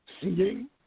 Seeing